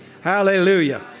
Hallelujah